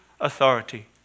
authority